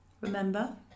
Remember